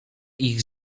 ich